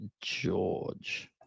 George